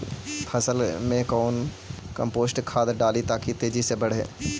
फसल मे कौन कम्पोस्ट खाद डाली ताकि तेजी से बदे?